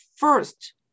first